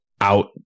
out